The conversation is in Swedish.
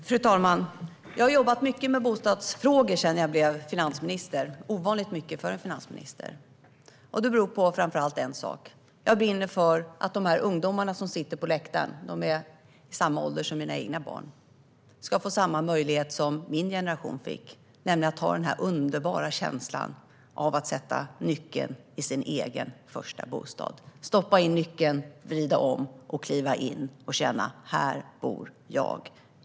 Fru talman! Jag har jobbat mycket med bostadsfrågor sedan jag blev finansminister - ovanligt mycket för en finansminister. Det beror framför allt på en sak: Jag brinner för att de ungdomar som sitter på läktaren - de är i samma ålder som mina egna barn - ska få samma möjlighet som min generation fick, nämligen att få den underbara känslan av att sätta nyckeln i låset till sin egen första bostad, vrida om och kliva in. De ska få känna: Här bor jag.